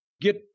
get